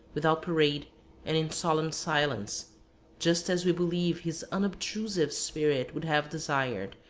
without parade and in solemn silence just as we believe his unobtrusive spirit would have desired,